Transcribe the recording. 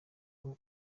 kuba